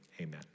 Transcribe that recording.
Amen